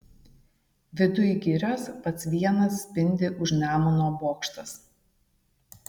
viduj girios pats vienas spindi už nemuno bokštas